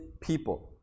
people